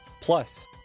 plus